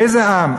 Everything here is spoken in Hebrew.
איזה עם.